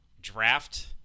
draft